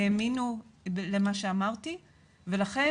האמינו למה שהאמנתי ולכן,